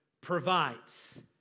provides